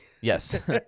Yes